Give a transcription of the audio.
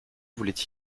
voulait